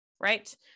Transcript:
right